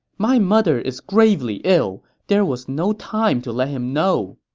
my mother is gravely ill. there was no time to let him know.